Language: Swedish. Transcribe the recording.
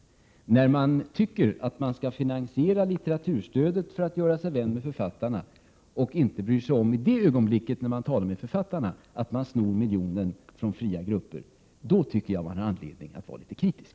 Men jag anser att det finns anledning att vara litet kritisk, när somliga tycker att man skall finansiera litteraturstödet för att göra sig till vän med författarna och i det ögonblicket — alltså när man talar med författarna — inte bryr sig om att man snor miljonen från fria grupper.